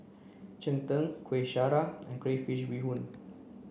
Cheng Tng Kueh Syara and Crayfish Beehoon